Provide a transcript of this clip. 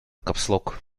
капслок